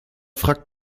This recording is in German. fragt